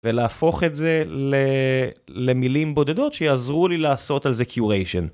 ולהפוך את זה למילים בודדות שיעזרו לי לעשות על זה curation.